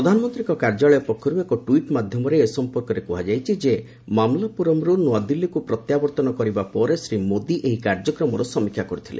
ପ୍ରଧାନମନ୍ତ୍ରୀଙ୍କ କାର୍ଯ୍ୟାଳୟ ପକ୍ଷରୁ ଏକ ଟ୍ସିଟ୍ ମାଧ୍ୟମରେ ଏ ସଂପର୍କରେ କୁହାଯାଇଛି ଯେ ମାମଲାପୁରମ୍ରୁ ନୂଆଦିଲ୍ଲୀକୁ ପ୍ରତ୍ୟାବର୍ତ୍ତନ କରିବା ପରେ ଶ୍ରୀ ମୋଦି ଏହି କାର୍ଯ୍ୟକ୍ରମର ସମୀକ୍ଷା କରିଥିଲେ